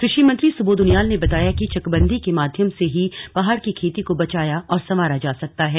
कृषि मंत्री सुबोध उनियाल ने बताया कि चकबंदी के माध्यम से ही पहाड़ की खेती को बचाया और संवारा जा सकता है